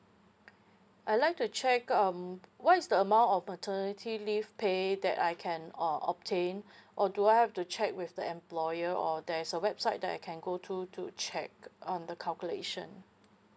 I like to check um what is the amount of maternity leave pay that I can uh obtain or do I have to check with the employer or there is a website that I can go through to check um the calculation